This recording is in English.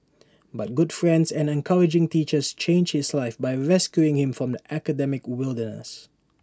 but good friends and encouraging teachers changed his life by rescuing him from the academic wilderness